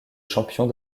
champions